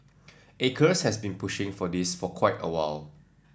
acres has been pushing for this for quite a while